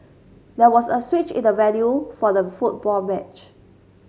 there was a switch in the venue for the football match